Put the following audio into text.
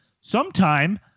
Sometime